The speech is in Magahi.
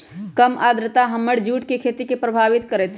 कम आद्रता हमर जुट के खेती के प्रभावित कारतै?